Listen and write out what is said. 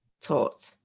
taught